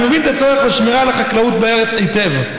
אני מבין את הצורך בשמירה על החקלאות בארץ היטב.